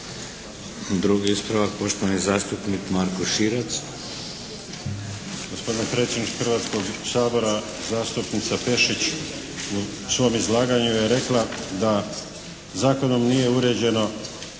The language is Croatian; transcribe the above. Drugi ispravak poštovani zastupnik Marko Širac. **Širac, Marko (HDZ)** Gospodine predsjedniče Hrvatskog sabora, zastupnica Pešić u svom izlaganju je rekla da zakonom nije uređeno